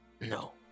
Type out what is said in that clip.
No